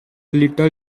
little